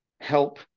help